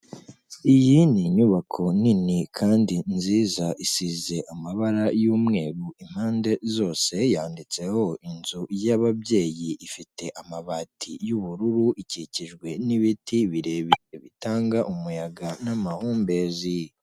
Iyi ni inyubako nini kandi nziza, isize amabara y'umweru impande zose, yanditseho inzu y'ababyeyi, ifite amabati y'ubururu, ikikijwe n'ibiti birebire bitanga umuyaga n'amahumbezi.